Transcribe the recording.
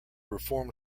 reform